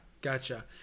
gotcha